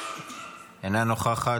אינה נוכחת,